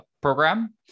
program